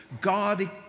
God